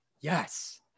Yes